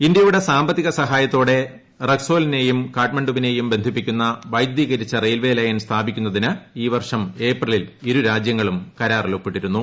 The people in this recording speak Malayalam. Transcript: ഇന്ത്യയുടെ സാമ്പത്തിക സഹായത്തോടെ റക്സോലുനെയും കാഠ്മണ്ഡുവിനെയും ബന്ധിപ്പിക്കുന്ന വൈദ്യൂതീകരിച്ച റെയിൽവേ ലൈൻ സ്ഥാപിക്കുന്നതിന് ഈ വർഷം ഏപ്രിലിൽ ഇരു രാജ്യങ്ങളും കരാറിൽ ഒപ്പിട്ടിരുന്നു